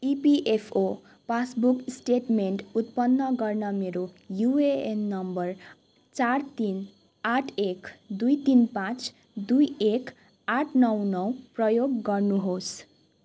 EPFO passbook statement उत्पन्न गर्न मेरो युएएन नम्बर चार तिन आठ एक दुई तिन पाँच दुई एक आठ नौ नौ प्रयोग गर्नु होस्